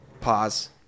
pause